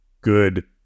good